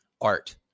art